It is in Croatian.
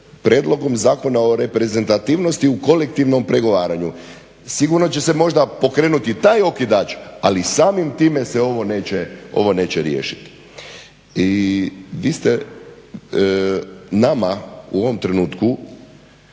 Prijedlogom zakona o reprezentativnosti u kolektivnom pregovaranju. Sigurno će se možda pokrenuti taj okidač, ali samim time se ovo neće riješiti. I vi ste nama u ovom trenutku